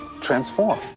transform